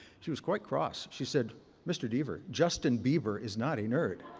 she was quite cross. she said mr. deaver, justin bieber is not a nerd.